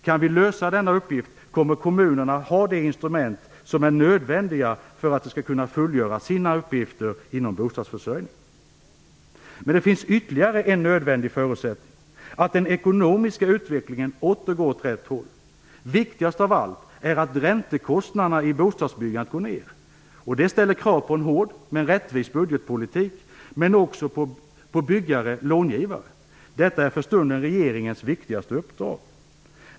Kan vi lösa denna uppgift, kommer kommunerna att ha de instrument som är nödvändiga för att de skall kunna fullgöra sina uppgifter inom bostadsförsörjningen. Men det finns ytterligare en nödvändig förutsättning - att den ekonomiska utveckligen åter går åt rätt håll. Viktigast av allt är att räntekostnaderna i bostadsbyggandet går ner. Det ställer krav på en hård - men rättvis - budgetpolitik, men också på byggare och långivare. Detta är för stunden regeringens viktigaste uppdrag.